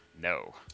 No